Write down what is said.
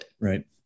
Right